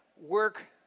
work